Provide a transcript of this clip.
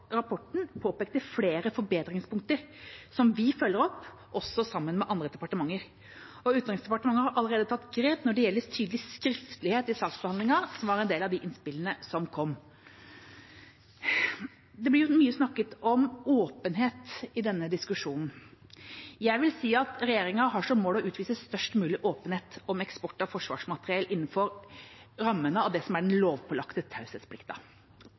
Rapporten påpekte flere forbedringspunkter som vi følger opp, også sammen med andre departementer. Utenriksdepartementet har allerede tatt grep når det gjelder tydelig skriftlighet i saksbehandlingen, som var en del av de innspillene som kom. Det blir snakket mye om åpenhet i denne diskusjonen. Jeg vil si at regjeringen har som mål å utvise størst mulig åpenhet om eksport av forsvarsmateriell innenfor rammene av det som er den lovpålagte